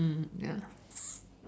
mm mm ya